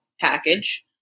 package